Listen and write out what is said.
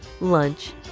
Lunch